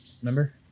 remember